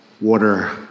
water